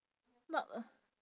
but